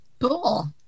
Cool